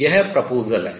यह proposal प्रस्ताव है